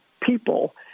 people